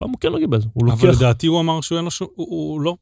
אבל הוא כן לא קיבל את זה, הוא לא יכל... אבל לדעתי הוא אמר שהוא היה... הוא לא.